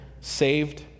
saved